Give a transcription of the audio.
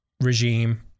regime